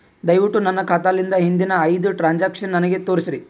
ದಯವಿಟ್ಟು ನನ್ನ ಖಾತಾಲಿಂದ ಹಿಂದಿನ ಐದ ಟ್ರಾಂಜಾಕ್ಷನ್ ನನಗ ತೋರಸ್ರಿ